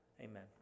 Amen